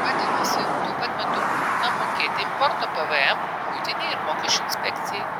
vadinasi tuo pat metu būtina mokėti importo pvm muitinei ir mokesčių inspekcijai